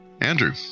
Andrew